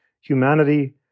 humanity